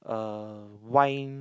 (uh)> wine